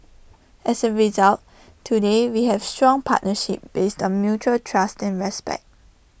as A result today we have A strong partnership based on mutual trust and respect